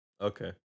Okay